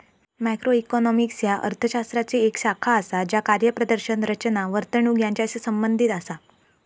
macroeconomics ह्या अर्थ शास्त्राची येक शाखा असा ज्या कार्यप्रदर्शन, रचना, वर्तणूक यांचाशी संबंधित असा